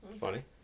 funny